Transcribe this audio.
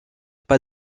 pas